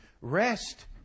Rest